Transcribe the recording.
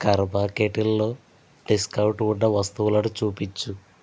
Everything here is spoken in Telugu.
కర్మా కెటిల్లో డిస్కౌంట్ ఉన్న వస్తువులను చూపించు